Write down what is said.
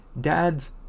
dad's